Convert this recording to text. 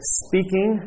speaking